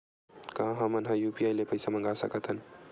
का हमन ह यू.पी.आई ले पईसा मंगा सकत हन?